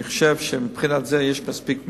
אני חושב שיש מספיק מיטות,